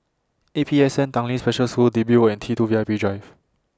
A P S N Tanglin Special School Digby Road and T two V I P Drive